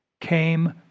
came